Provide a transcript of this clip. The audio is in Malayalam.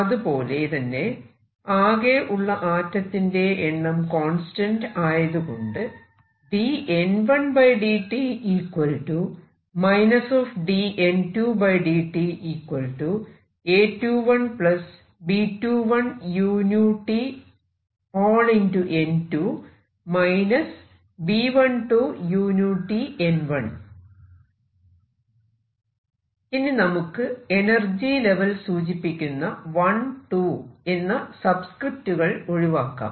അതുപോലെ തന്നെ ആകെ ഉള്ള ആറ്റത്തിന്റെ എണ്ണം കോൺസ്റ്റന്റ് ആയതുകൊണ്ട് ഇനി നമുക്ക് എനർജി ലെവൽ സൂചിപ്പിക്കുന്ന 1 2 എന്ന സബ്സ്ക്രിപ്റ്റുകൾ ഒഴിവാക്കാം